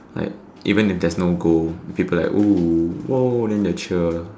like even if there's no goal people like ooh oh then they will cheer